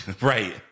Right